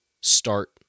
start